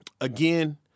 again